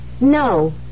No